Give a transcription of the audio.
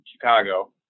Chicago